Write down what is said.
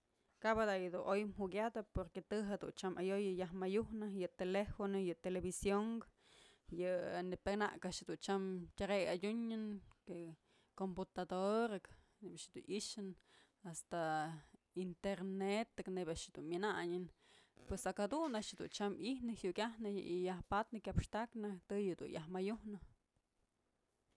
Kabë da'a yëdun oy mukyatëp porque të jëdun tyam ayoy yaj mayujnë yë telefono, yë television, yë en piakanak a'ax dun tyam tarea adyunën commputadorak ji'ib a'ax i'ixë hasta internetëk nebyë a'ax dun myënanyën pues jaka jadun a'ax i'ijnë jukyajnë y yaj patnë kyapxtaknë të yëdun yaj mayujnë.